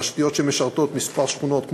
תשתיות שמשרתות כמה שכונות,